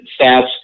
stats